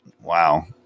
Wow